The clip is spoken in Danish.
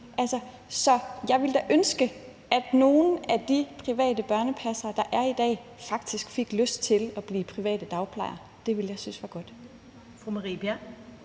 Så jeg ville da ønske, at nogle af de private børnepassere, der er i dag, faktisk fik lyst til at blive private dagplejere. Det ville jeg synes var godt.